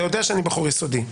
אתה יודע שאני בחור יסודי.